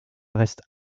reste